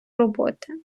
роботи